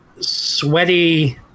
sweaty